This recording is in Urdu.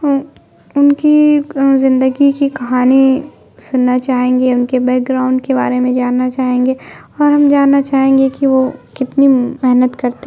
ان کی زندگی کی کہانی سننا چاہیں گے ان کے بیک گراؤنڈ کے بارے میں جاننا چاہیں گے اور ہم جاننا چاہیں گے کہ وہ کتنی محنت کرتے